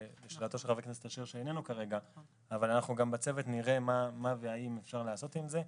גם אנחנו בצוות נראה מה אפשר לעשות עם זה,